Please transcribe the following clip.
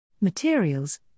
materials